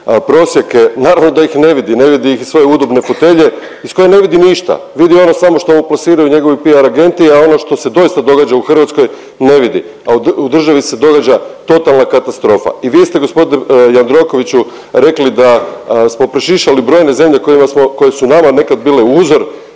prosjake. Naravno da ih ne vidi, ne vidi ih svoje udobne fotelje iz koje ne vidi ništa. Vidi ono samo što mu plasiraju njegovi PR agenti, a ono što se doista događa u Hrvatskoj ne vidi, a u državi se događa totalna katastrofa. I vi ste gospodine Jandrokoviću rekli da smo prešišali brojne zemlje koje su nama nekad bile uzor